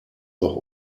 noch